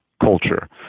culture